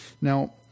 Now